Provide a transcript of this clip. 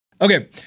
Okay